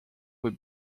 will